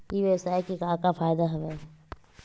ई व्यवसाय के का का फ़ायदा हवय?